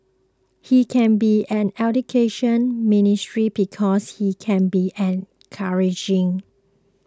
he can be an Education Ministry because he can be encouraging